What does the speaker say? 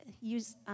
Use